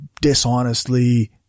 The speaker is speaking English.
dishonestly